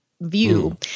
view